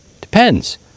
depends